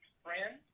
friend